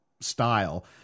style